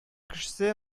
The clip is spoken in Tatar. кешесе